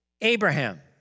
Abraham